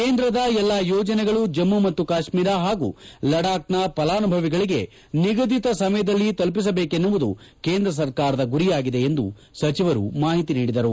ಕೇಂದ್ರದ ಎಲ್ಲಾ ಯೋಜನೆಗಳು ಜಮ್ನು ಮತ್ತು ಕಾಶ್ಮೀರ ಹಾಗೂ ಲಡಾಕ್ ನ ಫಲಾನುಭವಿಗಳಿಗೆ ನಿಗದಿತ ಸಮಯದಲ್ಲಿ ತಲುಪಿಸಬೇಕೆನ್ನುವುದು ಕೇಂದ್ರ ಸರ್ಕಾರದ ಗುರಿಯಾಗಿದೆ ಎಂದು ಸಚಿವರು ಮಾಹಿತಿ ನೀಡಿದರು